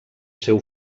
seu